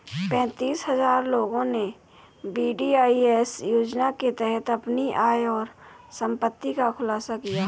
पेंतीस हजार लोगों ने वी.डी.आई.एस योजना के तहत अपनी आय और संपत्ति का खुलासा किया